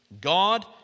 God